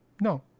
No